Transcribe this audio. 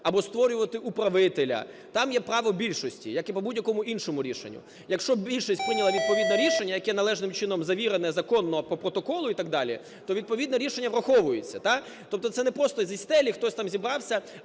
або створювати управителя. Там є право більшості як і по будь-якому іншому рішенню. Якщо більшість прийняла відповідне рішення, яке належним чином завірене законно по протоколу і так далі, то відповідно рішення враховується, так? Тобто це не просто зі стелі хтось там зібрався,